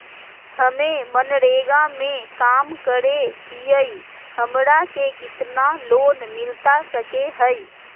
हमे मनरेगा में काम करे हियई, हमरा के कितना लोन मिलता सके हई?